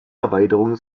erweiterungen